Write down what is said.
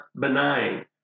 benign